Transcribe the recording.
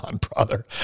brother